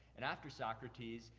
and after socrates,